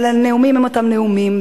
אבל הנאומים הם אותם נאומים,